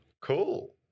Cool